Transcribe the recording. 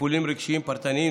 טיפולים רגשיים פרטניים,